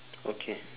okay